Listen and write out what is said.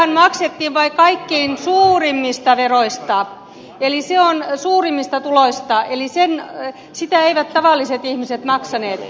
sitähän maksettiin vain kaikkein suurimmista tuloista eli sitä eivät tavalliset ihmiset maksaneet